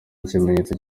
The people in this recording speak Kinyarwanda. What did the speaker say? ikimenyetso